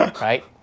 right